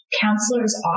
counselor's